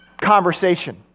conversation